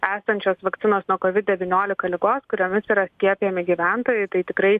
esančios vakcinos nuo covid devyniolika ligos kuriomis yra skiepijami gyventojai tai tikrai